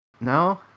No